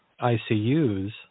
ICUs